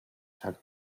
цаг